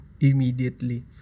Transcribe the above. immediately